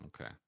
Okay